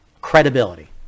credibility